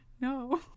No